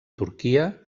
turquia